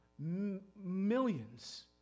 millions